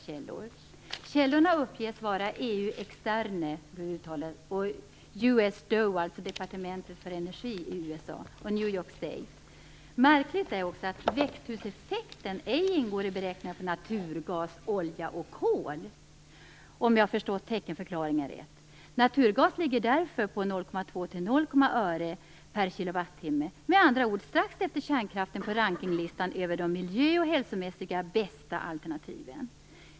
Källorna uppges vara EU-externe, US DOE, dvs. Märkligt är också att växthuseffekten ej ingår i beräkningarna på naturgas, olja och kol, om jag har förstått teckenförklaringen rätt. Naturgas ligger därför på 0,2-0,8 öre/kWh, med andra ord strax efter kärnkraften på rankinglistan över de miljö och hälsomässigt bästa alternativen.